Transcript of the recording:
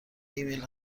ایمیل